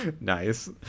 Nice